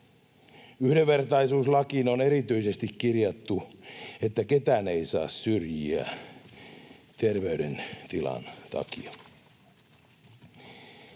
Yhdenvertaisuuslakiin on erityisesti kirjattu, että ketään ei saa syrjiä terveydentilan takia.